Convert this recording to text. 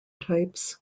types